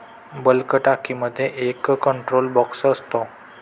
bulk टाकीमध्ये एक control box असतो